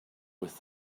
with